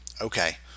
okay